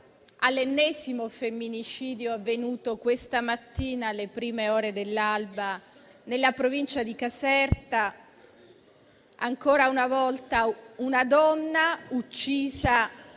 l'ennesimo femminicidio avvenuto questa mattina, alle prime ore dell'alba, nella provincia di Caserta. Ancora una volta una donna uccisa